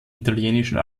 italienischen